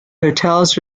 hotels